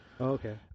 okay